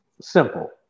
simple